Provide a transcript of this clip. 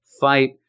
fight